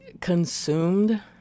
consumed